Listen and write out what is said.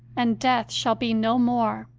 and death shall be no more.